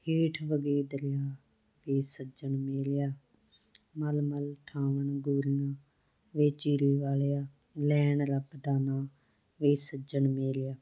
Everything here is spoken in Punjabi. ਹੇਠ ਵਗੇ ਦਰਿਆ ਵੇ ਸੱਜਣ ਮੇਰਿਆ ਮਲ ਮਲ ਠਾਵਣ ਗੋਰੀਆਂ ਵੇ ਚੀਰੇ ਵਾਲਿਆ ਲੈਣ ਰੱਬ ਦਾ ਨਾਂ ਵੇ ਸੱਜਣ ਮੇਰਿਆ